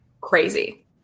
Crazy